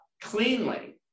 cleanly